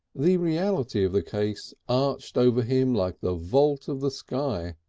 the reality of the case arched over him like the vault of the sky,